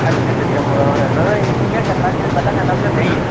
अच्छा अच्छा जम्मू दे बनाने इ'यां करना पैह्लैं लैना तुसें देहीं